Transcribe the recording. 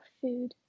food